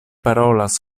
parolas